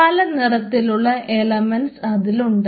പലനിറത്തിലുള്ള elements അതിലുണ്ട്